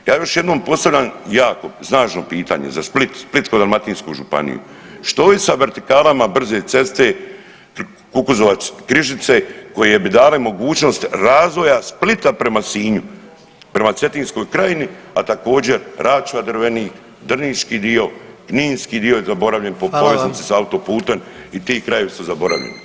Ja još jednom postavljam jako snažno pitanje za Split, Splitsko-dalmatinsku županiju što je sa vertikalama brze ceste Kukuzovac – Križice koje bi dale mogućnost razvoja Splita prema Sinju, prema Cetinskoj krajini, a također Račva – Drvenik, drniški dio, kninski dio je zaboravljen po [[Upadica predsjednik: Hvala.]] poveznici sa autoputem i ti krajevi su zaboravljeni.